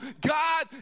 God